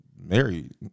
married